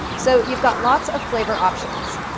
so, you've got lots of flavor options.